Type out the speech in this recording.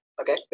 okay